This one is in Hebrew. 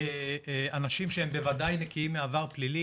אנשים שהם בוודאי נקיים מעבר פלילי.